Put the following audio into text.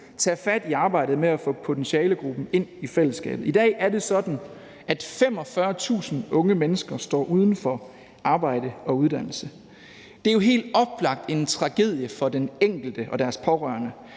tage fat i arbejdet med at få potentialegruppen ind i fællesskabet. I dag er det sådan, at 45.000 unge mennesker står uden arbejde og uddannelse. Det er jo helt oplagt en tragedie for den enkelte og deres pårørende.